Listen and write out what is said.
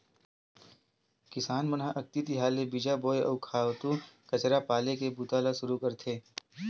किसान मन ह अक्ति तिहार ले बीजा बोए, अउ खातू कचरा पाले के बूता ल सुरू करथे